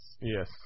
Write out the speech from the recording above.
Yes